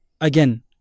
again